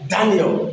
Daniel